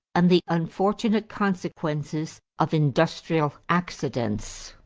and the unfortunate consequences of industrial accidents.